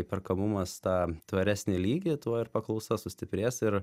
įperkamumas tą tvaresnį lygį tuo ir paklausa sustiprės ir